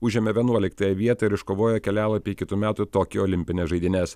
užėmė vienuoliktąją vietą ir iškovojo kelialapį į kitų metų tokijo olimpines žaidynes